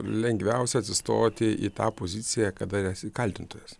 lengviausia atsistoti į tą poziciją kada esi kaltintojas